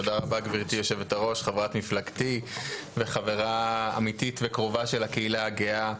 תודה רבה גברתי היו"ר חברת מפלגתי וחברה אמיתית וקרובה של הקהילה הגאה,